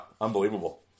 unbelievable